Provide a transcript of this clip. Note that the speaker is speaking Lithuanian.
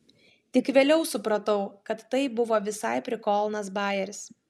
tik vėliau supratau kad tai buvo visai prikolnas bajeris